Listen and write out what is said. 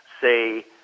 say